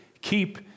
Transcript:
keep